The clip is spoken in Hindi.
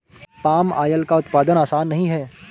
पाम आयल का उत्पादन आसान नहीं है